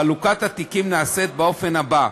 חלוקת התיקים נעשית באופן הבא: